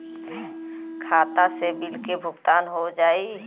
खाता से बिल के भुगतान हो जाई?